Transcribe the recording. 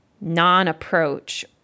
non-approach